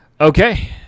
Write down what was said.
Okay